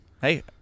hey